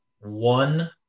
one